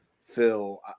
Phil